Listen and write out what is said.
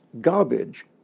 garbage